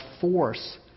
force